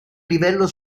livello